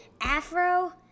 Afro